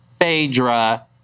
Phaedra